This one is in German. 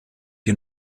dir